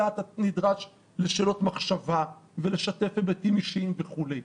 אתה נדרש לשאלות מחשבה ולשתף היבטים אישיים וכולי.